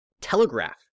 telegraph